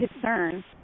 concern